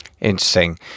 Interesting